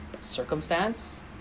Circumstance